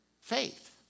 faith